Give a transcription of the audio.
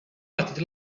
patit